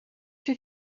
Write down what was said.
did